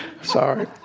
sorry